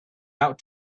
out